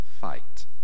Fight